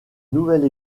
nouvelle